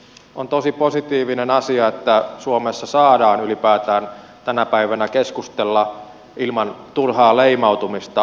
on tosi positiivinen asia että suomessa saadaan ylipäätään tänä päivänä keskustella maahanmuuttopolitiikasta ilman turhaa leimautumista